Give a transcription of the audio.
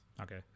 Okay